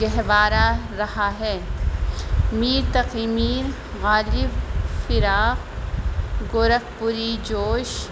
گہوارہ رہا ہے میر تقی میر غالب فراق گورکھ پوری جوش